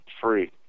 free